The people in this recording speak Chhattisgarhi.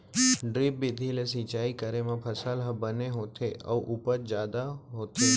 ड्रिप बिधि ले सिंचई करे म फसल ह बने होथे अउ उपज जादा होथे